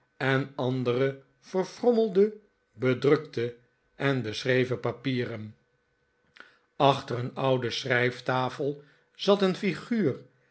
en andere verirommelde bedrukte en beschreven papieren achter een oude schrijftafel zat een figuur